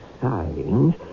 signs